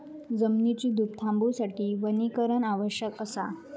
जमिनीची धूप थांबवूसाठी वनीकरण आवश्यक असा